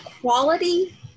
quality